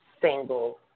single